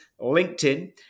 LinkedIn